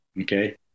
Okay